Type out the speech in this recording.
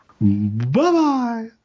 Bye-bye